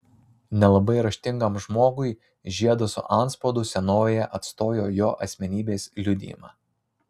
nelabai raštingam žmogui žiedas su antspaudu senovėje atstojo jo asmenybės liudijimą